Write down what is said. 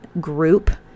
group